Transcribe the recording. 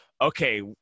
Okay